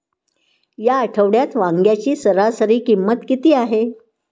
या आठवड्यात वांग्याची सरासरी किंमत किती आहे?